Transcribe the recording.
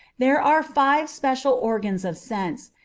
there are five special organs of sense,